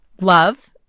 love